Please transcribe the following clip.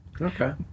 okay